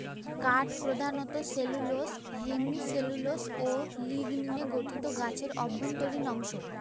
কাঠ প্রধানত cellulose hemicellulose ও লিগনিনে গঠিত গাছের অভ্যন্তরীণ অংশ